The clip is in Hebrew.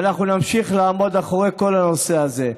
ואנחנו נמשיך לעמוד מאחורי כל הנושא הזה.